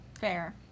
fair